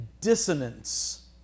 Dissonance